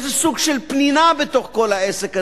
איזה סוג של פנינה בתוך כל העסק הזה,